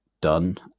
done